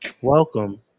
welcome